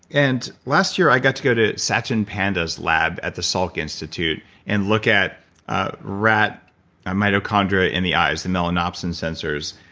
and last year i got to go to satchin panda's lab at the salk institute and look at ah rat ah mitochondria in the eyes, the melanotropin sensors.